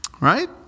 right